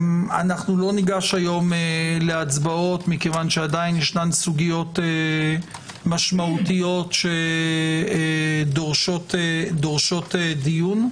לא ניגש היום להצבעות כי עדיין יש סוגיות משמעותיות שדורשות דיון.